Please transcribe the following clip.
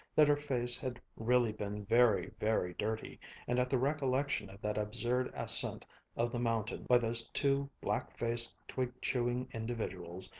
that her face had really been very, very dirty and at the recollection of that absurd ascent of the mountain by those two black-faced, twig-chewing individuals,